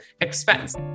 expense